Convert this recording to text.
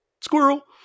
squirrel